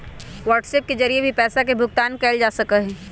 WhatsApp के जरिए भी पैसा के भुगतान कइल जा सका हई